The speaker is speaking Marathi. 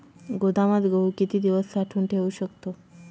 गोदामात गहू किती दिवस साठवून ठेवू शकतो?